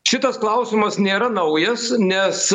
šitas klausimas nėra naujas nes